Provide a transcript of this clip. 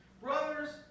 Brothers